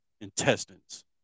intestines